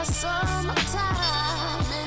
summertime